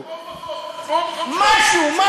משהו.